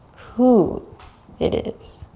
who it is,